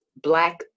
black